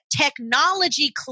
technology